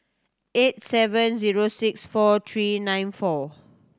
eight seven zero six four three nine four